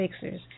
fixers